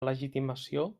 legitimació